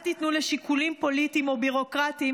אל תיתנו לשיקולים פוליטיים או ביורוקרטיים